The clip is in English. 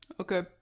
Okay